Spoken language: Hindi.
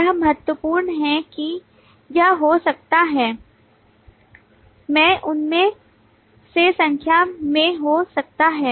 यह महत्वपूर्ण है कि यह हो सकता है मैं उनमें से संख्या में हो सकता है